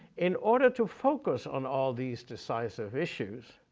in order to focus on all these decisive issues,